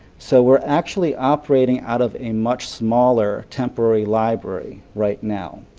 so we are actually operating out of a much smaller temporary library right now.